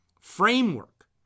framework